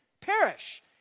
perish